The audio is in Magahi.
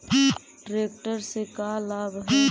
ट्रेक्टर से का लाभ है?